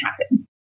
happen